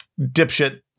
dipshit